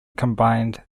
combined